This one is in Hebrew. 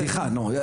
אחד,